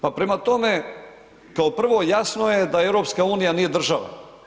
Pa prema tome, kao prvo, jasno je da EU nije država.